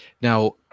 Now